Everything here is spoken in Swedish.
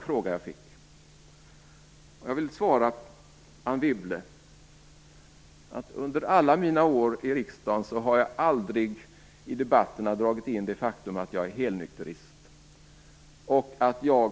Jag vill svara Anne Wibble att under alla mina år i riksdagen har jag aldrig i någon debatt tagit upp det faktum att jag är helnykterist.